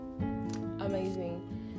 amazing